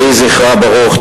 יהי זכרה ברוך.